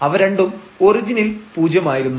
അവ രണ്ടും ഒറിജിനിൽ പൂജ്യമായിരുന്നു